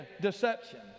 deception